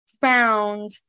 found